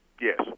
Yes